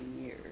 years